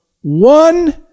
one